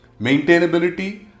maintainability